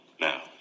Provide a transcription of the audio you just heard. Now